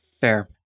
Fair